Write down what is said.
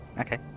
Okay